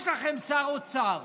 יש לכם שר אוצר